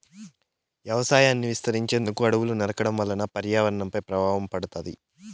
వ్యవసాయాన్ని విస్తరించేందుకు అడవులను నరకడం వల్ల పర్యావరణంపై ప్రభావం పడుతాది